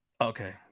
Okay